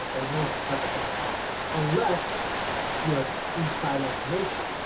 there's no step ahead unless you have insider information,